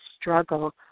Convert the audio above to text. struggle